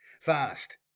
Fast